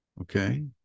okay